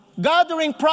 Gathering